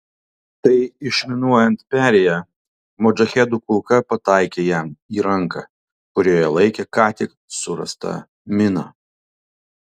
tai išminuojant perėją modžahedų kulka pataikė jam į ranką kurioje laikė ką tik surastą miną